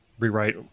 rewrite